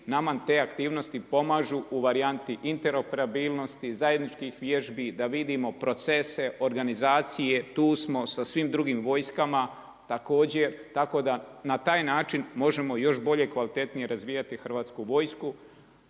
nama te aktivnosti pomažu u varijanti interoperabilnosti, zajedničkih vježbi da vidimo procese, organizacije, tu smo sa svim drugim vojskama, također, tako da na taj način možemo još bolje i kvalitetnije razvijati Hrvatsku vojsku.